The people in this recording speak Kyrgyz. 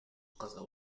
каза